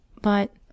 but—